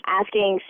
asking